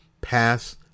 pass